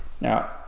Now